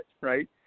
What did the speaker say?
right